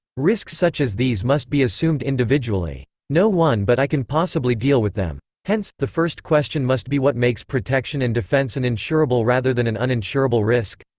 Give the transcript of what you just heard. risks such as these must be assumed individually. no one but i can possibly deal with them. hence, the first question must be what makes protection and defense an insurable rather than an uninsurable risk?